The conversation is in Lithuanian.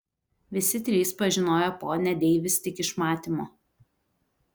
visi trys pažinojo ponią deivis tik iš matymo